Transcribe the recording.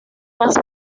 más